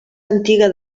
antiga